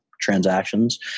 transactions